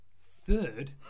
Third